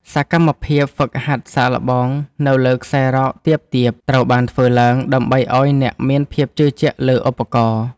សកម្មភាពហ្វឹកហាត់សាកល្បងនៅលើខ្សែរ៉កទាបៗត្រូវបានធ្វើឡើង ដើម្បីឱ្យអ្នកមានភាពជឿជាក់លើឧបករណ៍។